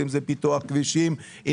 פיתוח כבישים,